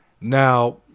Now